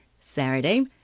Saturday